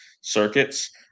circuits